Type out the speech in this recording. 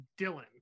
Dylan